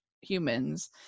humans